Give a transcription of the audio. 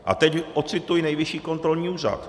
A teď ocituji Nejvyšší kontrolní úřad: